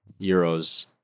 euros